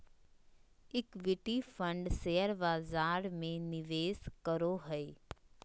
equity fund share बजार में निवेश करो हइ